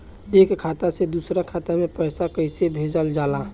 एक खाता से दूसरा खाता में पैसा कइसे भेजल जाला?